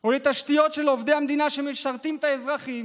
או לתשתיות של עובדי המדינה שמשרתים את האזרחים.